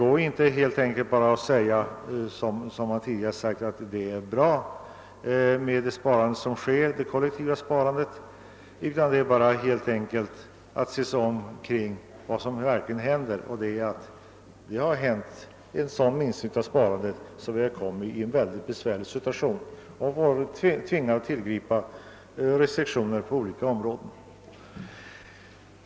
Det går helt enkelt inte att i likhet med vad som tidigare skett säga att det kollektiva sparandet är tillräckligt. Vi måste se oss om och konstatera vad som verkligen händer. Minskningen av sparandet har ju lett till en så besvärlig situation att man blivit tvingad att tillgripa restriktioner på olika områden.